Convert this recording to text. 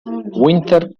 winter